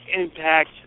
Impact